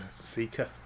seeker